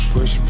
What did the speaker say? Push